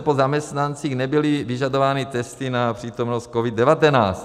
Po zaměstnancích nebyly vyžadovány testy na přítomnost COVID19.